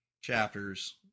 chapters